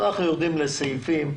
אנחנו יורדים לסעיפים.